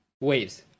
waves